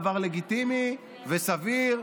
זה דבר לגיטימי וסביר,